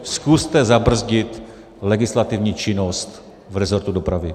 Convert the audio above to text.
Zkuste zabrzdit legislativní činnost v resortu dopravy.